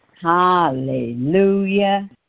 Hallelujah